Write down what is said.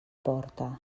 porta